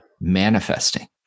manifesting